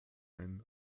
ein